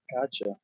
Gotcha